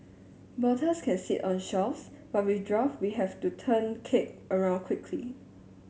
bottles can sit on shelves but with draft we have to turn keg around quickly